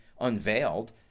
unveiled